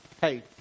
Hey